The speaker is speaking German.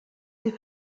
sie